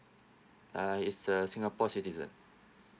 uh it's a singapore citizen